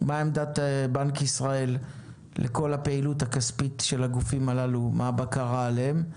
מה עמדת בנק ישראל לכול הפעילות הכספית של הגופים האלה והבקרה עליהם,